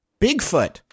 Bigfoot